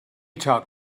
talk